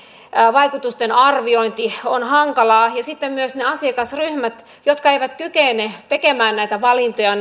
vaikutusten arviointi on hankalaa ja sitten mitenkä siellä tulevassa huomioidaan ne asiakasryhmät jotka eivät kykene tekemään näitä valintoja